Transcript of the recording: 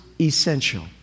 essential